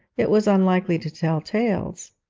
it was unlikely to tell tales.